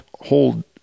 hold